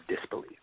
disbelief